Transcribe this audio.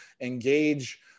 engage